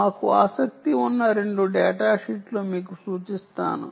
మాకు ఆసక్తి ఉన్న 2 డేటాషీట్లు మీకు సూచిస్తాను